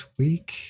week